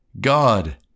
God